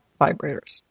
vibrators